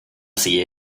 sehe